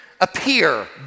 appear